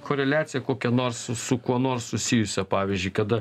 koreliaciją kokią nors su su kuo nors susijusią pavyzdžiui kada